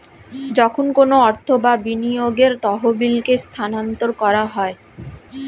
যখন কোনো অর্থ বা বিনিয়োগের তহবিলকে স্থানান্তর করা হয়